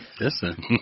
Listen